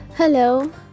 hello